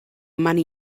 money